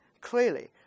Clearly